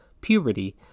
puberty